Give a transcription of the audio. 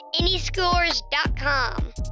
anyscores.com